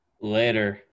Later